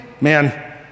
man